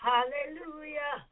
Hallelujah